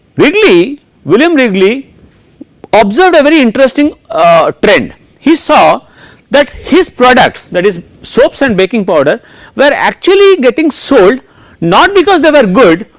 wrigley william wrigley observed a very interesting ah trend he saw that his products that is soaps and baking powder where actually getting sold not because they were good.